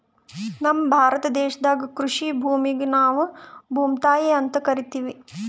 ನಮ್ ಭಾರತ ದೇಶದಾಗ್ ಕೃಷಿ ಭೂಮಿಗ್ ನಾವ್ ಭೂಮ್ತಾಯಿ ಅಂತಾ ಕರಿತಿವ್